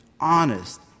honest